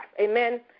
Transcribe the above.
Amen